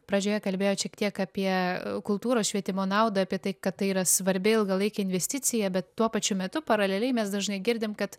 pradžioje kalbėjot šiek tiek apie kultūros švietimo naudą apie tai kad tai yra svarbi ilgalaikė investicija bet tuo pačiu metu paraleliai mes dažnai girdim kad